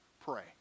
pray